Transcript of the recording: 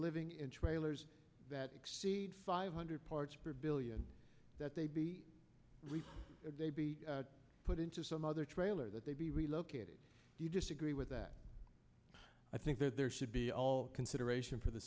living in trailers that exceed five hundred parts per billion that they be ripped they be put into some other trailer that they be relocated do you disagree with that i think that there should be all consideration for the